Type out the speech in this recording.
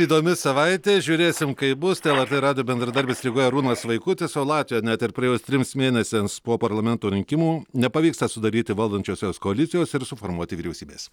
įdomi savaitė žiūrėsim kaip bus tai lrt radijo bendradarbis rygoje arūnas vaikutis o latvija net ir praėjus trims mėnesiams po parlamento rinkimų nepavyksta sudaryti valdančiosios koalicijos ir suformuoti vyriausybės